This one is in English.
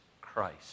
Christ